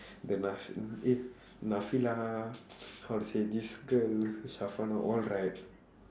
then eh how to say this girl all right